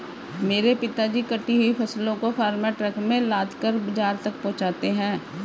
मेरे पिताजी कटी हुई फसलों को फार्म ट्रक में लादकर बाजार तक पहुंचाते हैं